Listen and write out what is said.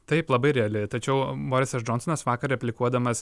taip labai reali tačiau borisas džonsonas vakar replikuodamas